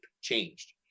changed